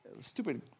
stupid